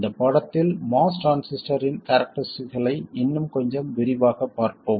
இந்தப் பாடத்தில் MOS டிரான்சிஸ்டரின் கேரக்டரிஸ்டிக்ஸ்களை இன்னும் கொஞ்சம் விரிவாகப் பார்ப்போம்